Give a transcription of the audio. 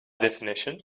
definition